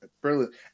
Brilliant